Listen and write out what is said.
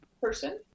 person